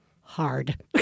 hard